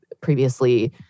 previously